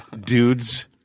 dudes